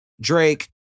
Drake